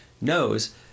knows